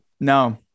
No